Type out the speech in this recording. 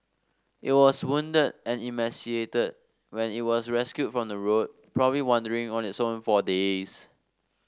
it was wounded and emaciated when it was rescued from the road probably wandering on its own for days